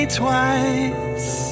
twice